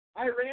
Iran